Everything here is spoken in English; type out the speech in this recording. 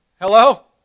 hello